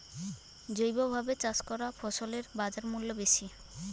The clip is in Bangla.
জৈবভাবে চাষ করা ফসলের বাজারমূল্য বেশি